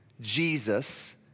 Jesus